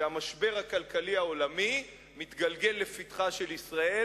שהמשבר הכלכלי העולמי מתגלגל לפתחה של ישראל,